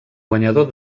guanyador